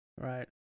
Right